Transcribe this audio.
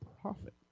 Profit